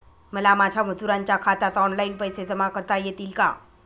मला माझ्या मजुरांच्या खात्यात ऑनलाइन पैसे जमा करता येतील का?